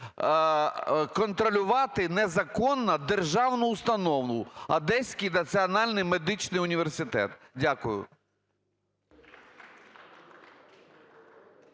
контролювати незаконно державну установу Одеський національний медичний університет? Дякую.